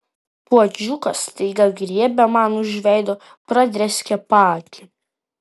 puodžiukas staiga griebė man už veido pradrėskė paakį